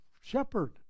shepherd